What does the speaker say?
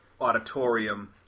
Auditorium